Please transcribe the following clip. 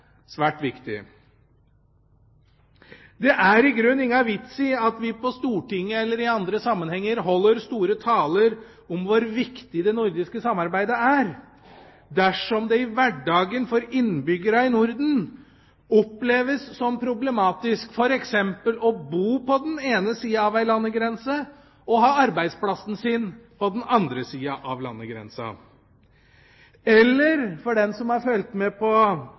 i at vi på Stortinget eller i andre sammenhenger holder store taler om hvor viktig det nordiske samarbeidet er, dersom hverdagen oppleves som problematisk for innbyggerne i Norden, f.eks. det å bo på den ene sida av en landegrense og ha arbeidsplassen sin på den andre sida av landegrensen, eller, som Jan Erik Vold har